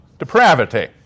depravity